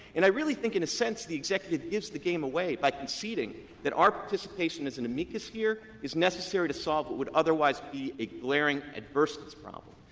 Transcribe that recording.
and i really think, in a sense, the executive gives the game away by conceding that our participation as an amicus here is necessary to solve what would otherwise be a glaring adverseness problem.